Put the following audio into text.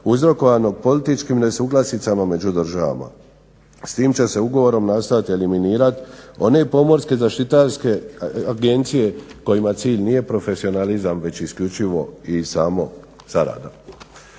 uzrokovanog političkim nesuglasicama među državama. S tim će se ugovorom nastojati eliminirati one pomorske zaštitarske agencije kojima cilj nije profesionalizam već isključivo i samo zarada.